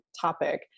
topic